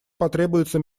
потребуется